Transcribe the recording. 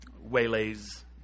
waylays